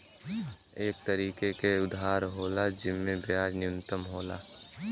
एक तरीके के उधार होला जिम्मे ब्याज न्यूनतम होला